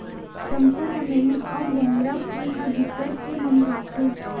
चंपा, चमेली अउ मोंगरा फूल ह बिकट के ममहाथे